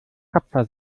tapfer